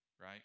Right